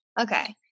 Okay